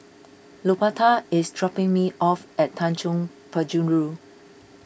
Luberta is dropping me off at Tanjong Penjuru